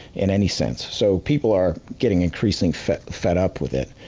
in any sense. so, people are getting increasing fed fed up with it.